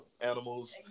animals